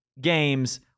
games